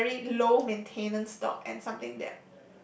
is a very low maintenance dog and something that